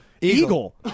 Eagle